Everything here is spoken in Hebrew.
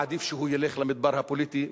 עדיף שהוא ילך למדבר הפוליטי,